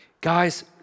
Guys